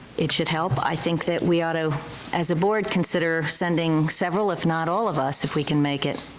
it should help. i think that we ought to as a board consider sending several if not all of us if we can make it.